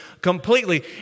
completely